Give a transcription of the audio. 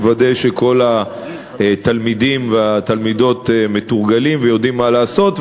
לוודא שכל התלמידים והתלמידות מתורגלים ויודעים מה לעשות.